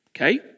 Okay